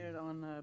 on